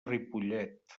ripollet